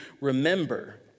remember